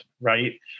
right